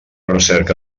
recerca